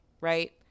right